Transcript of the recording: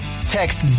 Text